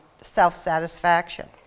self-satisfaction